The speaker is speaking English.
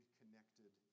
connected